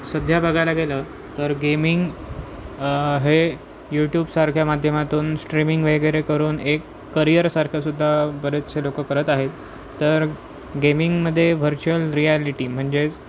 सध्या बघायला गेलं तर गेमिंग हे यूट्यूबसारख्या माध्यमातून स्ट्रीमिंग वगैरे करून एक करियरसारखं सुद्धा बरेचसे लोकं करत आहेत तर गेमिंगमध्ये व्हर्च्युअल रिॲलिटी म्हणजेच